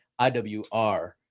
iwr